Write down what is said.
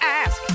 ask